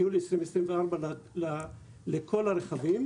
ומיולי 2024 לכל הרכבים.